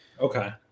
Okay